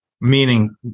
meaning